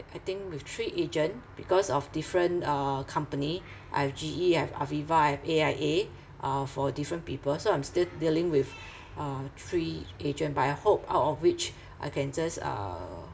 I think with three agent because of different uh company I have G_E I have Aviva I have A_I_A uh for different people so I'm still dealing with uh three agent but I hope out of which I can just uh